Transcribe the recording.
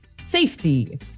safety